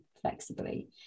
flexibly